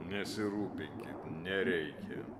nesirūpinkit nereikia